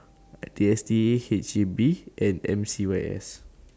D S T A H E B and M C Y S